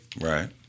Right